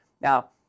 Now